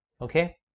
Okay